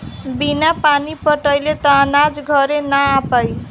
बिना पानी पटाइले त अनाज घरे ना आ पाई